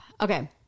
Okay